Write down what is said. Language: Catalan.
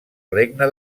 regne